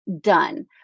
done